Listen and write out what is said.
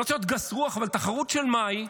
אני לא רוצה להיות גס רוח, אבל התחרות, של מה היא?